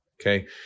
Okay